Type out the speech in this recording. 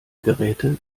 geräte